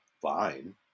fine